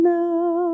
now